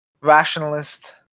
rationalist